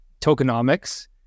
tokenomics